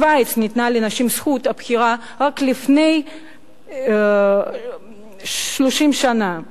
בשווייץ ניתנה לנשים זכות הבחירה רק לפני 30 שנה,